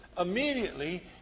Immediately